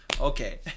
Okay